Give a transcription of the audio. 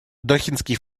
дохинский